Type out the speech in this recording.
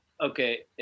Okay